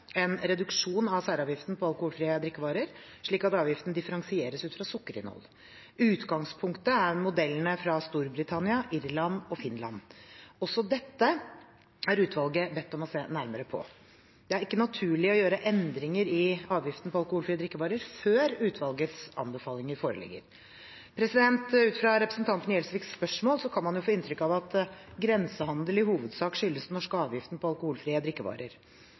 en reduksjon av særavgiften på alkoholfrie drikkevarer slik at avgiften differensieres ut fra sukkerinnhold. Utgangspunktet er modellene fra Storbritannia, Irland og Finland. Også dette er utvalget bedt om å se nærmere på. Det er ikke naturlig å gjøre endringer i avgiften på alkoholfrie drikkevarer før utvalgets anbefalinger foreligger. Ut fra representanten Gjelsviks spørsmål kan man få inntrykk av at grensehandel i hovedsak skyldes den norske avgiften på alkoholfrie drikkevarer.